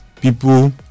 people